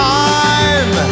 time